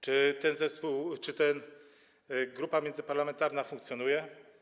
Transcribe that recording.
Czy ten zespół, ta grupa międzyparlamentarna funkcjonuje?